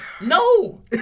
No